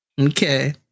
Okay